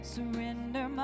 Surrender